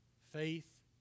Faith